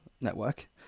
network